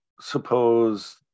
suppose